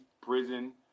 prison